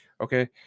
Okay